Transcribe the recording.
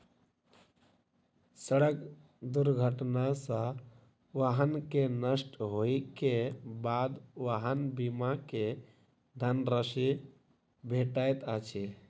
सड़क दुर्घटना सॅ वाहन के नष्ट होइ के बाद वाहन बीमा के धन राशि भेटैत अछि